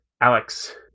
Alex